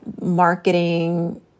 marketing